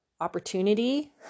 opportunity